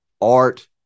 art